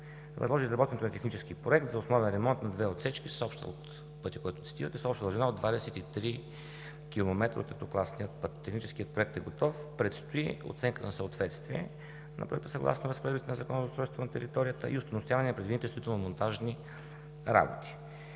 възложи изработването на технически проект за основен ремонт на две отсечки от пътя, който цитирате, с обща дължина от 23 км от третокласния път. Техническият проект е готов, предстои оценката за съответствие на Проекта, съгласно Закона за устройство на територията и остойностяване на предвидените строително-монтажни работи.